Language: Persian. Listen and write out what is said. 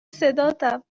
صداتم